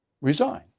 resign